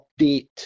update